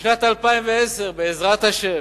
בשנת 2010, בעזרת השם,